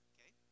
Okay